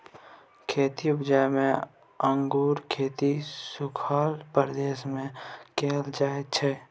खेतीक उपजा मे अंगुरक खेती सुखल प्रदेश मे कएल जाइ छै